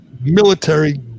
military